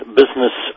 business